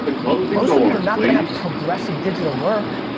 most of you are not gonna have progressive digital work.